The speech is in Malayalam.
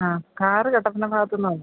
ആ കാറ് കട്ടപ്പന ഭാഗത്ത് നിന്നാണ് വന്നത്